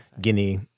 Guinea